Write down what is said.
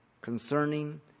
concerning